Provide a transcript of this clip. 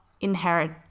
inherit